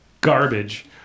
garbage